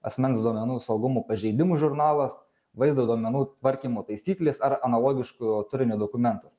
asmens duomenų saugumo pažeidimų žurnalas vaizdo duomenų tvarkymo taisyklės ar analogiško turinio dokumentas